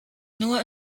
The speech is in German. nur